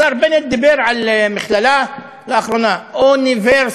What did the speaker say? השר בנט דיבר על מכללה לאחרונה אוניברסיטה.